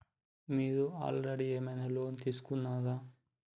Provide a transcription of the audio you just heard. మీరు ఆల్రెడీ ఏమైనా లోన్ తీసుకున్నారా?